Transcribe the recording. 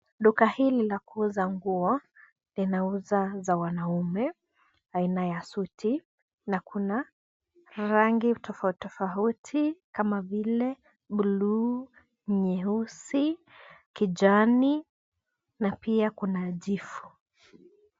Duka hili la kuuza nguo, linauza za wanaume aina ya suti na kuna rangi tofauti tofauti kama vile buluu, nyeusi, kijani na pia kuna jivu.